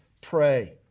pray